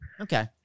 Okay